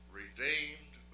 redeemed